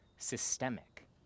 systemic